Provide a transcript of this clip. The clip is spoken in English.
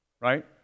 right